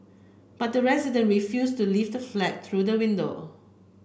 but the resident refused to leave the flat through the window